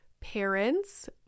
parents